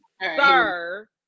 Sir